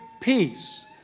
peace